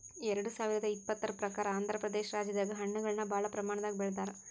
ಎರಡ ಸಾವಿರದ್ ಇಪ್ಪತರ್ ಪ್ರಕಾರ್ ಆಂಧ್ರಪ್ರದೇಶ ರಾಜ್ಯದಾಗ್ ಹಣ್ಣಗಳನ್ನ್ ಭಾಳ್ ಪ್ರಮಾಣದಾಗ್ ಬೆಳದಾರ್